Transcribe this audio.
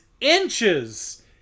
inches